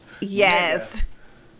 Yes